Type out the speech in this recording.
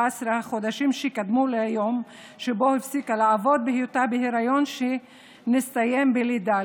החודשים שקדמו ליום שבו הפסיקה לעבוד בהיותה בהיריון שנסתיים בלידה,